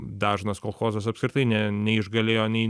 dažnas kolchozas apskritai ne neišgalėjo nei